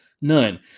None